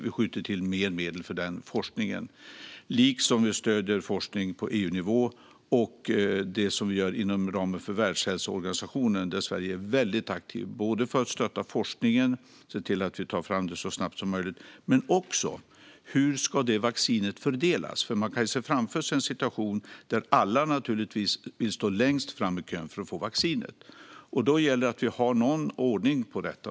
Vi skjuter till mer medel till virusforskningen, liksom att vi stöder forskning på EU-nivå och inom ramen för Världshälsoorganisationen. Där är Sverige väldigt aktivt i att stötta forskningen och se till att vi tar fram ett vaccin så snabbt som möjligt. Men frågan är hur vaccinet ska fördelas, för man kan se framför sig en situation där alla naturligtvis vill stå längst fram i kön för att få vaccinet. Då gäller det att vi har någon ordning för detta.